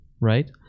Right